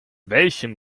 welchem